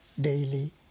daily